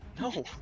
No